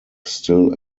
still